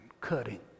cutting